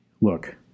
Look